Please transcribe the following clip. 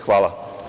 Hvala.